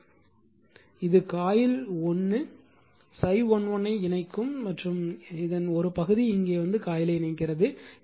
ஏனெனில் இது காயில் 1 ∅11 ஐ இணைக்கும் மற்றும் இதன் ஒரு பகுதி இங்கே வந்து காயிலை இணைக்கிறது